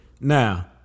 Now